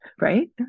right